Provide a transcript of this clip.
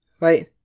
right